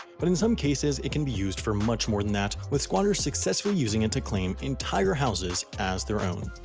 but in some cases it can be used for much more than that, with squatters successfully using it to claim entire houses as their own.